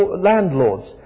landlords